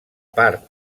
part